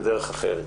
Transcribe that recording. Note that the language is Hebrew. בדרך אחרת.